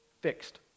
fixed